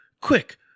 Quick